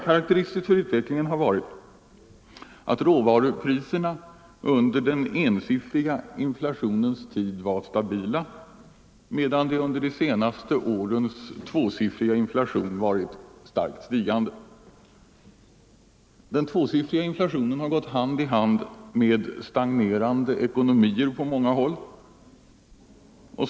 Karakteristiskt för utvecklingen har varit att råvarupriserna under den ensiffriga inflationstiden var stabila medan de under de senaste årens tvåsiffriga inflation varit starkt stigande. Den tvåsiffriga inflationen har gått hand i hand med stagnerande ekonomier på många håll.